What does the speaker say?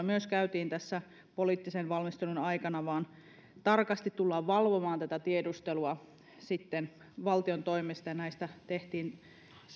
myös keskustelua tämän poliittisen valmistelun aikana vaan tarkasti tullaan valvomaan tätä tiedustelua sitten valtion toimesta ja tästä tehtiin